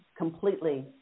completely